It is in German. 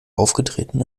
aufgetreten